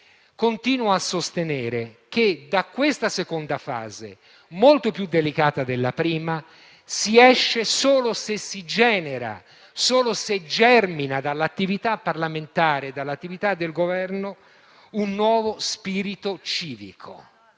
continuo a sostenere che, da questa seconda fase molto più delicata della prima, si esce solo se si genera, solo se germina dall'attività parlamentare e dall'attività del Governo un nuovo spirito civico,